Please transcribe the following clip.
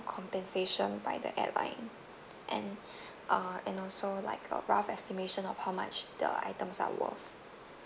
compensation by the airline and uh and also like a rough estimation of how much the items are worth